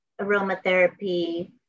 aromatherapy